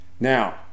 Now